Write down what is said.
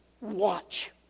Watch